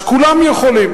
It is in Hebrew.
אז כולם יכולים,